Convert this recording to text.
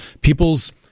people's